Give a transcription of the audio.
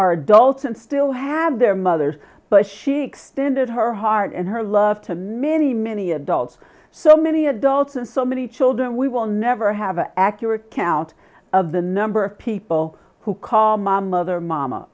are adults and still have their mothers but she extended her heart and her love to minnie many adults so many adults and so many children we will never have an accurate count of the number of people who call my mother mama